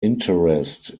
interest